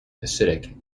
acidic